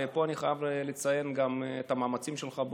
ופה אני חייב לציין גם את המאמצים שלך,